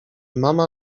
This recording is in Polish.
mama